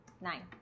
Nine